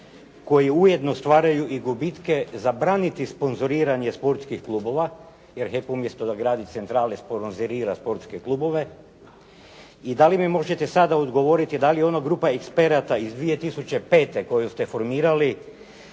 koji ujedno stvaraju i gubitke, zabraniti sponzoriranje sportskih klubova, jer HEP umjesto da gradi centrale, sponzorira sportske klubove? I dali mi možete sada odgovoriti dali je ona grupa eksperata iz 2005. koju ste formirali